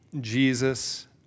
Jesus